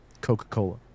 Coca-Cola